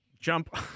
Jump